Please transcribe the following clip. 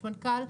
יש מנכ"ל,